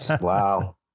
Wow